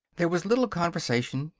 there was little conversation.